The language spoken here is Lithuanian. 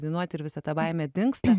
dainuot ir visa ta baimė dingsta